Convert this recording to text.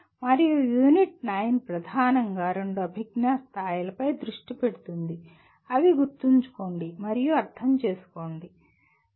మరియు యూనిట్ 9 ప్రధానంగా రెండు అభిజ్ఞా స్థాయిలపై దృష్టి పెడుతుంది అవి గుర్తుంచుకోండి మరియు అర్థం చేసుకోండి సరే